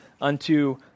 unto